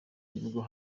nibwo